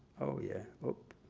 oh, yeah. oop.